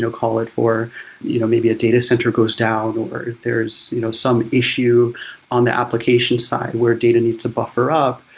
so call it for you know maybe a data center goes down, or if there's you know some issue on the application side, where data needs to buffer up.